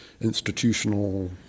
institutional